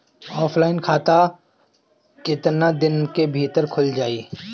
Offline खाता केतना दिन के भीतर खुल जाई?